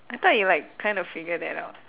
I thought you like kind of figured that out